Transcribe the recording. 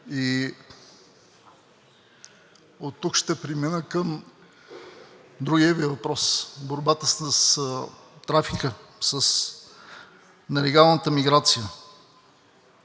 Оттук ще премина към другия Ви въпрос – борбата с трафика, с нелегалната миграция.